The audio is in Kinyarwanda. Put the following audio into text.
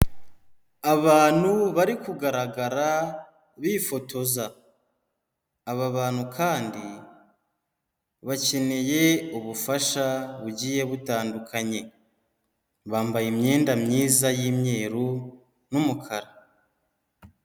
Abantu bari kugaragara bifotoza, aba bantu kandi bakeneye ubufasha bugiye butandukanye, bambaye imyenda myiza y'imyeru n'umukara.